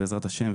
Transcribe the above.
בעזרת השם,